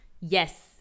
yes